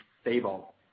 stable